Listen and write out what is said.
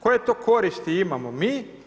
Koje to koristi imamo mi.